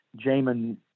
Jamin